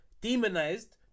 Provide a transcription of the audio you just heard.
demonized